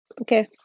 Okay